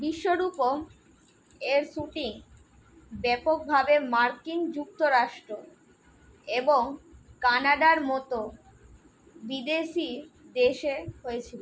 বিশ্বরূপম এর শ্যুটিং ব্যাপকভাবে মার্কিন যুক্তরাষ্ট্র এবং কানাডার মতো বিদেশি দেশে হয়েছিল